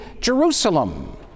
Jerusalem